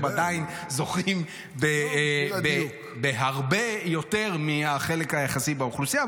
עדיין זוכים בהרבה יותר מהחלק היחסי באוכלוסייה.